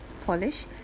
Polish